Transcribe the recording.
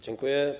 Dziękuje.